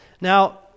Now